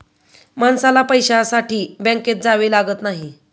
माणसाला पैशासाठी बँकेत जावे लागत नाही